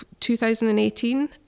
2018